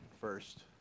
first